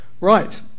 Right